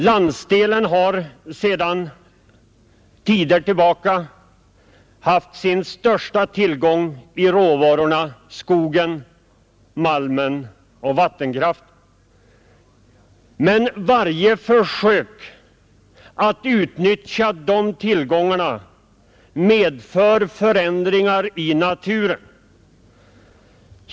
Landsdelen har sedan långa tider tillbaka haft sin största tillgång i råvarorna skogen, malmen och vattenkraften. Men varje försök att utnyttja de tillgångarna medför ändringar i naturen.